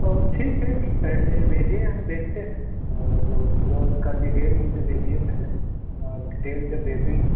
تو ٹھیک ہے پہلے بھیجیے ہم دیکھتے ہیں اور پورا اس کا ڈیٹیل مجھے بھیجیے پہلے ڈیٹیل جب بھیج دیں گے